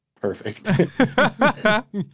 perfect